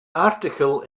article